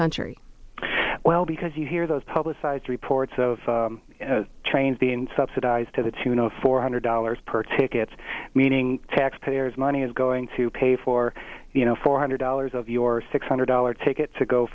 country well because you hear those publicized reports of trains the unsubsidized to the tune of four hundred dollars per tickets meaning taxpayers money is going to pay for you know four hundred dollars of your six hundred dollars ticket to go